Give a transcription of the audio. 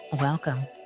welcome